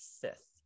fifth